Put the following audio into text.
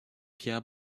pierre